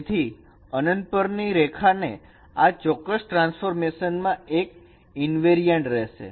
તેથી અનંત પર ની રેખા આ ચોક્કસ ટ્રાન્સફોર્મેશન માં એક ઇનવેરિયાંટ રહેશે